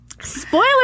Spoiler